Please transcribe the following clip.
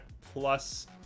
plus